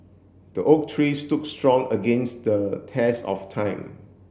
the oak tree stood strong against the test of time